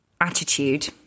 attitude